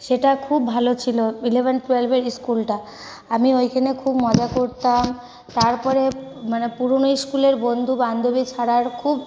সেটা খুব ভালো ছিল ইলেভেন টুয়েলভের ইস্কুলটা আমি ওইখানে খুব মজা করতাম তারপরে মানে পুরনো ইস্কুলের বন্ধুবান্ধবী ছাড়ার খুব